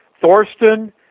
Thorsten